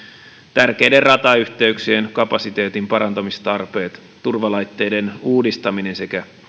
tärkeiden ratayhteyksien kapasiteetin parantamistarpeet turvalaitteiden uudistaminen sekä